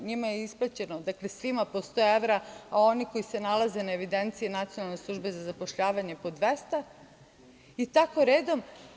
Njima je isplaćeno po 100 evra, a oni koji se nalaze na evidenciji Nacionalne službe za zapošljavanje po 200 evra i tako redom.